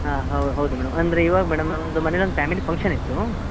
ಹಾಂ ಹೌದು ಮೇಡಮ್ ಅಂದರೆ ಇವಾಗ ಮೇಡಮ್ ನಮ್ದು ಮನೇಲಿ ಒಂದು ಪ್ಯಾಮಿಲಿ ಪಂಕ್ಷನ್ ಇತ್ತು